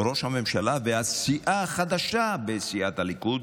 ראש הממשלה והסיעה החדשה בסיעת הליכוד,